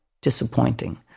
disappointing